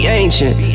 ancient